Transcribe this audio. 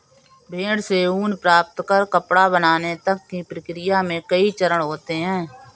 भेड़ से ऊन प्राप्त कर कपड़ा बनाने तक की प्रक्रिया में कई चरण होते हैं